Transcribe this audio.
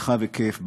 רחב היקף,